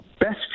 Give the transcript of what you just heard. best